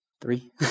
three